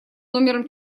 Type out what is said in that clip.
номером